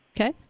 Okay